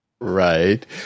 Right